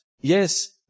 Yes